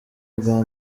bwa